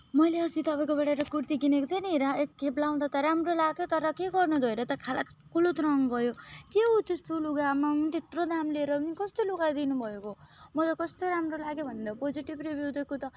मैले अस्ति तपाईँकोबाट एउटा कुर्ती किनेको थिएँ नि रा एकखेप लाउँदा त राम्रो लाग्यो तर के गर्नु धोएर त खालात खुलुत रङ गयो के हो त्यस्तो लुगा आम्मामामा त्यत्रो दाम लिएर पनि कस्तो लुगा दिनुभएको म त कस्तो राम्रो लाग्यो भनेर पोजिटिभ रिभ्यु दिएको त